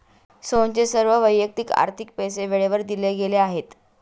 सोहनचे सर्व वैयक्तिक आर्थिक पैसे वेळेवर दिले गेले आहेत